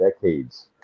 decades